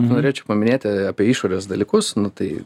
norėčiau paminėti apie išorės dalykus nu tai